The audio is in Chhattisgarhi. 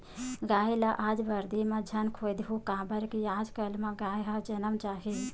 गाय ल आज बरदी म झन खेदहूँ काबर कि आजे कल म गाय ह जनम जाही